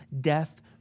death